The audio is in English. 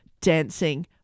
dancing